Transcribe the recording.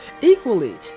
Equally